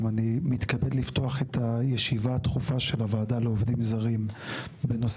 אני מתכבד לפתוח את הישיבה הדחופה של הוועדה לעובדים זרים בנושא